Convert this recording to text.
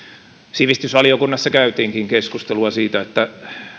sivistysvaliokunnassa käytiinkin keskustelua siitä että